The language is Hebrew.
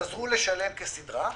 חזרה לשלם כסדרה.